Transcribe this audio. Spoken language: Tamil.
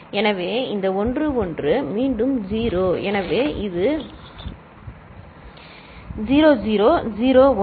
எனவே இந்த 1 1 மீண்டும் 0 எனவே இது 0 0 0 1